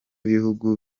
bihugu